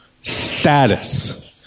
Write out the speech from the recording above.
status